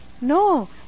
No